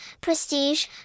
prestige